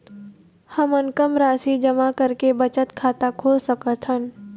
हमन कम राशि जमा करके बचत खाता खोल सकथन?